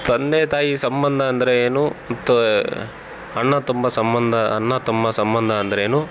ತಂದೆ ತಾಯಿ ಸಂಬಂಧ ಅಂದರೆ ಏನು ಮತ್ತು ಅಣ್ಣ ತಮ್ಮ ಸಂಬಂಧ ಅಣ್ಣ ತಮ್ಮ ಸಂಬಂಧ ಅಂದರೇನು